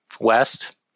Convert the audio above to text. West